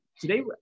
Today